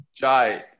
Jai